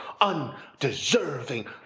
undeserving